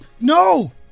No